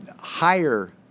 higher